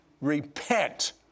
Repent